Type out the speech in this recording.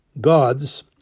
gods